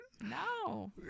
No